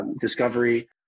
discovery